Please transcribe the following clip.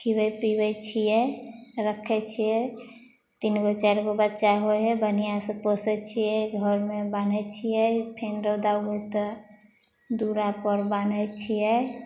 खीअबै पीबै छियै रक्खै छियै तीन शगो चारिगो बच्चा होइ हइ बढ़िऑं से पोसय छियै घरमे बाँन्है छियै फेर रौदा उगल तऽ दूरा पर बाँन्है छियै